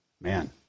man